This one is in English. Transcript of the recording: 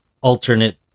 alternate